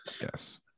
Yes